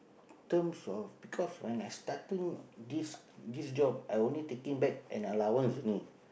terms of because when I starting this this job I only taking back an allowance only